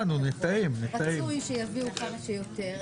רצוי שיביאו כמה שיותר.